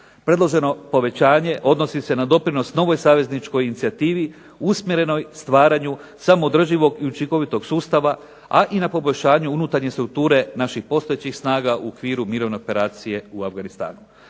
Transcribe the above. Predloženo povećanje odnosi se na doprinos novoj savezničkoj inicijativi usmjerenoj stvaranju samoodrživog i učinkovitog sustava, a i na poboljšanju unutarnje strukture naših postojećih snaga u okviru mirovne operacije u Afganistanu.